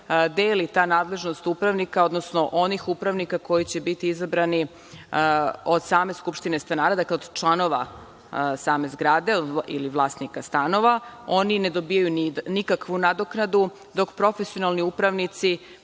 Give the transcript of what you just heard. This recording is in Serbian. deli ta nadležnost upravnika, odnosno onih upravnika koji će biti izabrani od same skupštine stanara, dakle od članova same zgrade ili vlasnika stanova, oni ne dobijaju nikakvu nadoknadu dok profesionalni upravnici